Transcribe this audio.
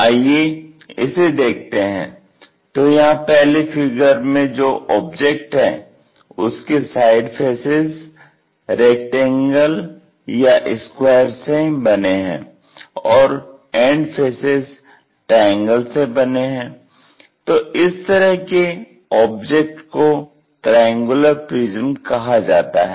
आइए इसे देखते हैं तो यहां पहले फिगर में जो ऑब्जेक्ट है उसके साइड फेसेज रेक्टेंगल या स्क्वायर से बने हैं और एंड फेसेज़ ट्रायंगल से बने हैं तो इस तरह के ऑब्जेक्ट को ट्रायंगुलर प्रिज्म कहा जाता है